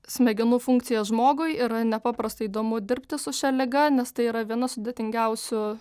smegenų funkcijos žmogui yra nepaprastai įdomu dirbti su šia liga nes tai yra viena sudėtingiausių